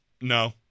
No